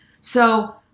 So-